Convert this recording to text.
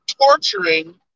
torturing